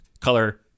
color